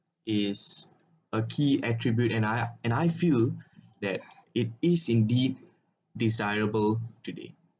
is a key attribute and I and I feel that it is indeed desirable today